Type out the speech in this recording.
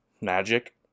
Magic